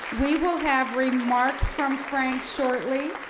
we will have remarks from frank shortly,